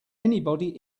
anybody